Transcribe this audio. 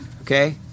Okay